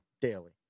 daily